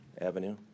Avenue